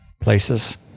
places